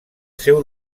seu